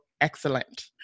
excellent